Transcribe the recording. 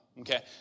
Okay